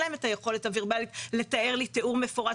אין להם את היכולת הוורבאלית לתאר לי תיאור מפורט